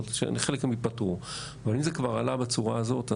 אם זה כבר עלה בצורה הזאת,